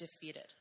defeated